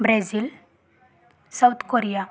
Brazil South Korea